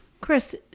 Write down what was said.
Chris